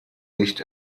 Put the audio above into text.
nicht